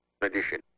tradition